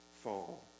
fall